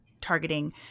targeting